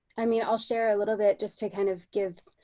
i mean i'll share a little bit just to kind of give,